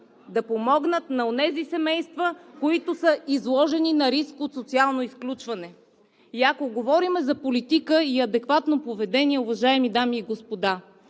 да помогнат на онези семейства, които са изложени на риск от социално изключване. И ако говорим за политика и адекватно поведение, уважаеми дами и господа,